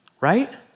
right